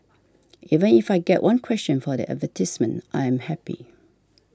even if I get one question for the advertisements I am happy